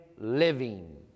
living